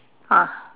ah